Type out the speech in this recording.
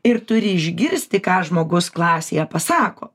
ir turi išgirsti ką žmogus klasėje pasako